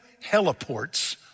heliports